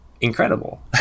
incredible